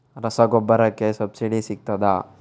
ರಸಗೊಬ್ಬರಕ್ಕೆ ಸಬ್ಸಿಡಿ ಸಿಗ್ತದಾ?